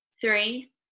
Three